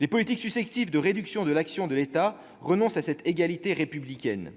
Les politiques successives de réduction de l'action de l'État marquent un renoncement à cette égalité républicaine.